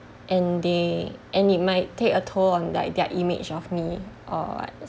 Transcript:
and they and it might take a toll on like their image of me or what